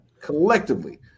collectively